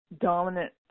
dominant